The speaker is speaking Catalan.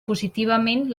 positivament